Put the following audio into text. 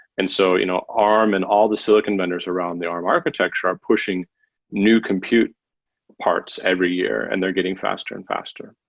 and so you know arm and all the silicon vendors around the arm architecture are pushing new computer parts every year and they're getting faster and faster.